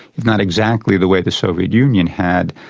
if not exactly the way the soviet union had,